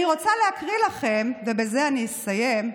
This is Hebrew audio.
אני רוצה להקריא לכם, ובזה אני אסיים,